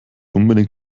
unbedingt